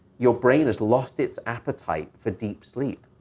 your brain has lost its appetite for deep sleep.